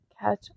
catch